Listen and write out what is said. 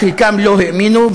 חלקם לא האמינו,